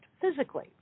physically